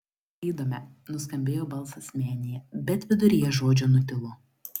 klydome nuskambėjo balsas menėje bet viduryje žodžio nutilo